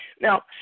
Now